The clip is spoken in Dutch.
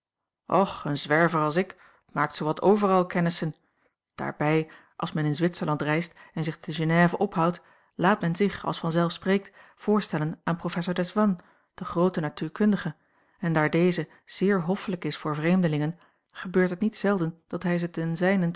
och een zwerver als ik maakt zoowat overal kennissen daarbij als men in zwitserland reist en zich te genève ophoudt laat men zich als vanzelf spreekt voorstellen aan professor desvannes den grooten natuurkundige en daar deze zeer hoffelijk is voor vreemdelingen gebeurt het niet zelden dat hij ze ten zijnent